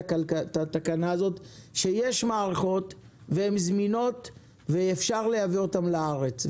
התקנה הזאת שיש מערכות והן זמינות ואפשר לייבא אותן לארץ?